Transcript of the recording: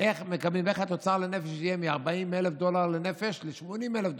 מקבלים ואיך התוצר לנפש יעלה מ-40,000 דולר לנפש ל-80,000 דולר,